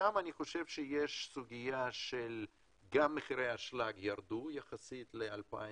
שם יש סוגיה שמחירי האשלג ירדו יחסית ל-2014,